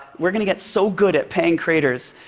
we're going to get so good at paying creators,